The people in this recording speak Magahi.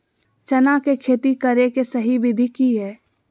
चना के खेती करे के सही विधि की हय?